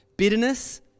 Bitterness